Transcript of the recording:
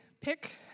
pick